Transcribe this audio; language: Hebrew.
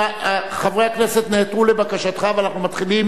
חברי הכנסת נעתרו לבקשתך ואנחנו מתחילים